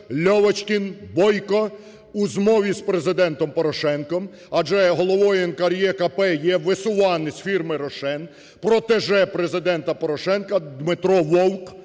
Льовочкін, Бойко у змові з Президентом Порошенком, адже головою НКРЕКП є висуванець фірми "Рошен", протеже Президента Порошенка Дмитро Вовк.